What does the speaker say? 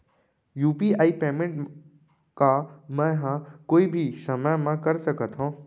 UPI payment का मैं ह कोई भी समय म कर सकत हो?